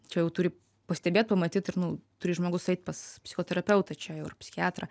čia jau turi pastebėt pamatyt ir nu turi žmogus eit pas psichoterapeutą čia jau ar psichiatrą